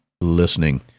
listening